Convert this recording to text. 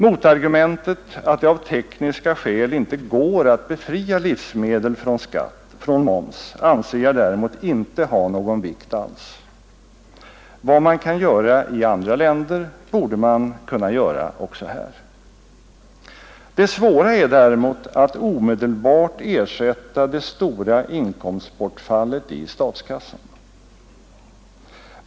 Motargumentet att det av tekniska skäl inte går att befria livsmedel från moms anser jag däremot inte ha någon vikt alls. Vad man kan göra i andra länder borde gå också här. Det svåra är däremot att omedelbart ersätta det stora inkomstbortfallet i statskassan.